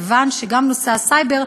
כיוון שגם נושא הסייבר,